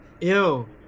Ew